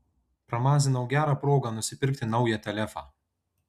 pramazinau gerą progą nusipirkt naują telefą